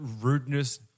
rudeness